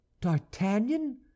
D'Artagnan